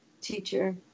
teacher